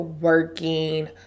working